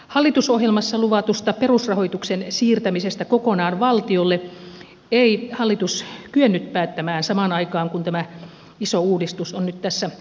hallitusohjelmassa luvatusta perusrahoituksen siirtämisestä kokonaan valtiolle ei hallitus kyennyt päättämään samaan aikaan kun tämä iso uudistus on nyt tässä käsittelyssä